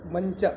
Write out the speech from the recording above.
ಮಂಚ